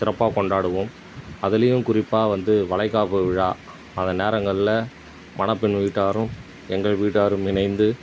சிறப்பாக கொண்டாடுவோம் அதுலேயும் குறிப்பாக வந்து வளைகாப்பு விழா அந்த நேரங்களில் மணப்பெண் வீட்டாரும் எங்கள் வீட்டாரும் இணைந்து